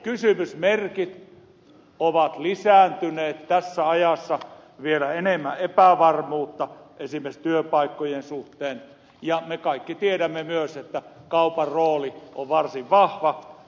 kysymysmerkit ovat lisääntyneet tässä ajassa on vielä enemmän epävarmuutta esimerkiksi työpaikkojen suhteen ja me kaikki tiedämme myös että kaupan rooli on varsin vahva